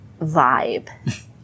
vibe